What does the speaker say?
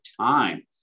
time